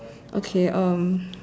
okay um